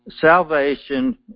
salvation